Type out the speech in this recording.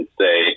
say